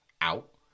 out